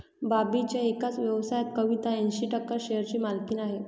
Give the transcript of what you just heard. बॉबीच्या एकाच व्यवसायात कविता ऐंशी टक्के शेअरची मालकीण आहे